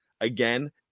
again